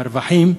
והרווחים,